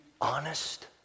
honest